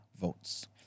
votes